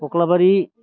कख्लाबारि